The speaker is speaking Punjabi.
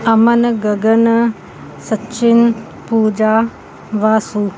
ਅਮਨ ਗਗਨ ਸਚਿਨ ਪੂਜਾ ਵਾਸੂ